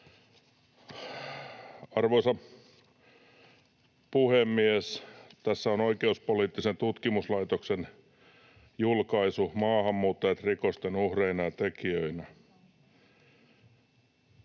Arvoisa puhemies! Tässä on Oikeuspoliittisen tutkimuslaitoksen julkaisu ”Maahanmuuttajat rikosten uhreina ja tekijöinä”.